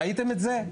ראיתם את זה?